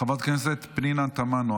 חברת הכנסת פנינה תמנו,